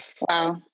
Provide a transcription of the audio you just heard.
Wow